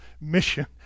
mission